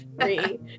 three